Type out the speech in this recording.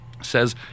says